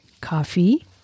coffee